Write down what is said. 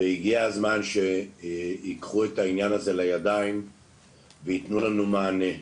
והגיע הזמן שייקחו את העניין הזה לידיים ויתנו לנו מענה.